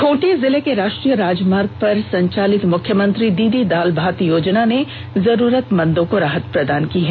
खूंटी जिले में राष्ट्रीय राजमार्गो पर संचालित मुख्यमंत्री दीदी दाल भात योजना ने जरूरतमन्दों को राहत प्रदान की है